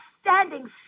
standing